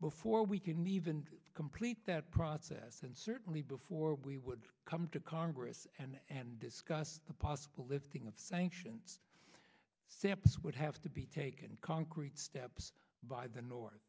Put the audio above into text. before we can even complete that process and certainly before we would come to congress and discuss the possible lifting of sanctions steps would have to be taken concrete steps by the north